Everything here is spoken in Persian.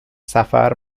سفر